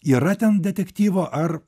yra ten detektyvo ar